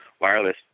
wireless